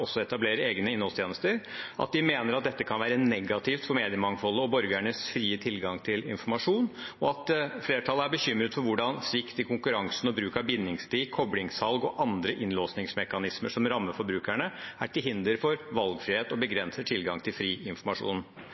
etablerer egne innholdstjenester», og de mener at dette kan være negativt for meningsmangfoldet og borgernes frie tilgang til informasjon. Flertallet er «bekymret for hvordan svikt i konkurransen og bruk av bindingstid, koblingssalg og andre innlåsingsmekanismer som rammer forbrukerne, er til hinder for valgfrihet og begrenser tilgangen til fri informasjon.»